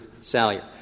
Salyer